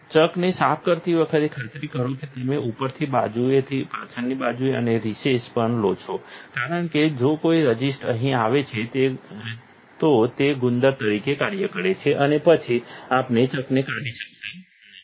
ચકને સાફ કરતી વખતે ખાતરી કરો કે તમે ઉપરથી બાજુએથી પાછળની બાજુ અને રિસેસ પણ લો છો કારણ કે જો કોઈ રઝિસ્ટ અહીં આવે છે તો તે ગુંદર તરીકે કાર્ય કરે છે અને પછી આપણે ચકને કાઢી શકતા નથી